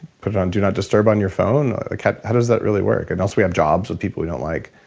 put on do-not-disturb on your phone or how does that really work? and also we have jobs with people we don't like.